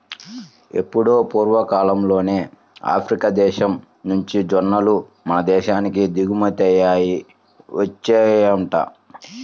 ఎప్పుడో పూర్వకాలంలోనే ఆఫ్రికా దేశం నుంచి జొన్నలు మన దేశానికి దిగుమతయ్యి వచ్చాయంట